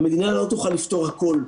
המדינה לא תוכל לפתור הכול.